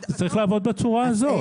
זה צריך לעבוד בצורה הזאת.